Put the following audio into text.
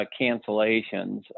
cancellations